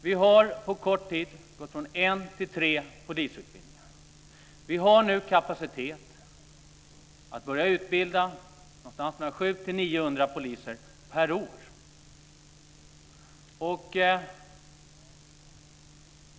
Vi har på kort tid gått från en till tre polisutbildningar. Vi har nu kapacitet att börja utbilda någonstans mellan 700 och 900 nya poliser per år.